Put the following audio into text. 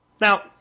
Now